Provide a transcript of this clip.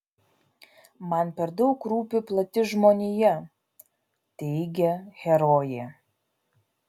man per daug rūpi plati žmonija teigia herojė